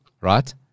right